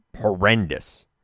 horrendous